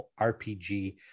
RPG